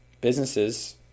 businesses